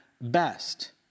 best